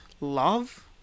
love